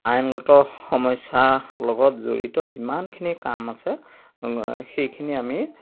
আইনগত সমস্যাৰ লগত জড়িত যিমানখিনি কাম আছে সেইখিনি আমি